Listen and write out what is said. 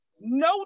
no